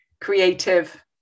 creative